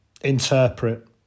interpret